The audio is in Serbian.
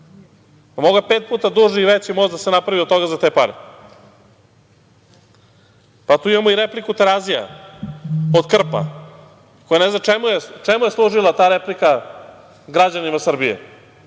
Mogao je pet puta duži i veći most da se napravi za te pare. Tu imamo i repliku Terazija, od krpa. Ne znam čemu je služila ta replika građanima Srbije?